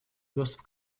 доступ